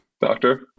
Doctor